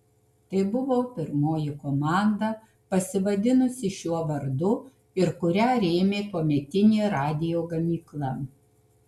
tai buvo pirmoji komanda pasivadinusi šiuo vardu ir kurią rėmė tuometinė radijo gamykla